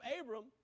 Abram